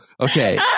Okay